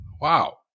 Wow